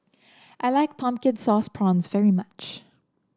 I like Pumpkin Sauce Prawns very much